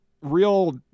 real